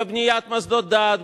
בבניית מוסדות דת,